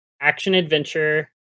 action-adventure